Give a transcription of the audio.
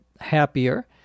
happier